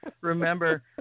remember